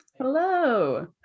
Hello